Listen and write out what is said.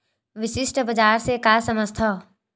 विशिष्ट बजार से का समझथव?